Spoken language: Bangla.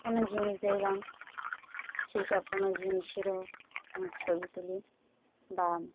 কোনো জিনিস দেখলাম সেসব কোনো জিনিসেরও ছবি তুলি বা